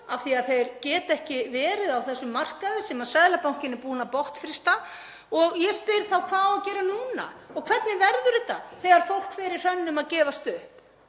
af því að þeir geta ekki verið á þessum markaði sem Seðlabankinn er búinn að botnfrysta. Ég spyr þá: Hvað á að gera núna? Hvernig verður þetta þegar fólk fer í hrönnum að gefast